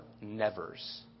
nevers